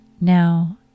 Now